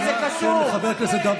תן לי רגע.